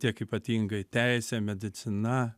tiek ypatingai teisė medicina